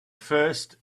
first